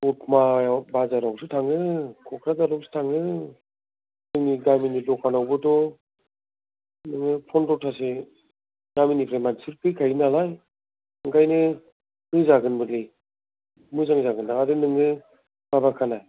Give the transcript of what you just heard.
दतमायाव बाजारावसो थाङो क'क्राझारावसो थाङो जोंनि गामिनि दखानावबोथ' नों पनद्रथासो गामिनिफ्राय मानसिफोर फैखायो नालाय ओंखायनो होजागोनबोलै मोजां जागोन आरो नों माबाखा ना